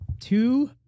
two